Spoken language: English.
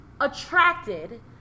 attracted